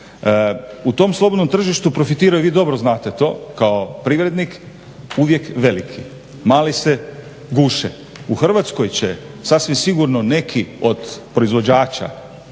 U tom slobodnom tržištu profitiraju, vi dobro znate to kao privrednik, uvijek veliki, mali se guše. U Hrvatskoj će sasvim sigurno neki od proizvođača,